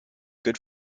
good